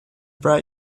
brought